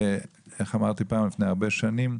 כמו שאמרתי פעם, לפי הרבה שנים,